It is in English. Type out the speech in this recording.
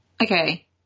Okay